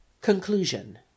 CONCLUSION